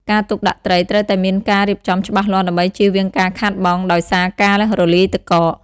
ការទុកដាក់ត្រី ត្រូវតែមានការរៀបចំច្បាស់លាស់ដើម្បីជៀសវាងការខាតបង់ដោយសារការរលាយទឹកកក។